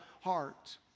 heart